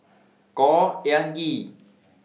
Khor Ean Ghee